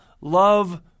love